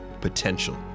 potential